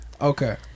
Okay